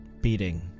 beating